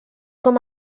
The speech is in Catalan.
com